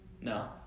no